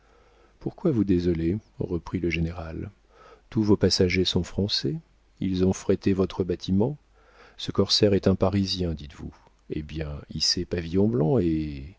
pourquoi vous désoler reprit le général tous vos passagers sont français ils ont frété votre bâtiment ce corsaire est un parisien dites-vous hé bien hissez pavillon blanc et